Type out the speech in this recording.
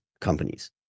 companies